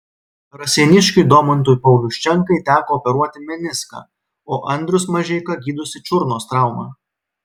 raseiniškiui domantui pauliuščenkai teko operuoti meniską o andrius mažeika gydosi čiurnos traumą